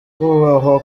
kubahwa